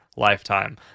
lifetime